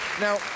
Now